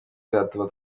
izatuma